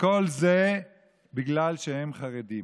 וכל זה בגלל שהם חרדים.